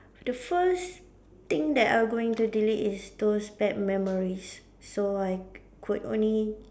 the first thing that I going to delete is those bad memories so I could only